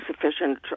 sufficient